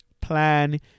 Plan